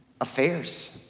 Affairs